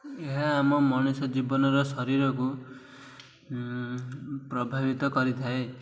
ଏହା ଆମ ମଣିଷ ଜୀବନର ଶରୀରକୁ ପ୍ରଭାବିତ କରିଥାଏ